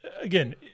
again